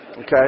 Okay